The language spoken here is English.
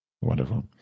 Wonderful